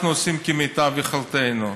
אנחנו עושים כמיטב יכולתנו.